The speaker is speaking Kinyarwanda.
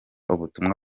ubutumwa